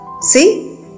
See